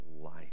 life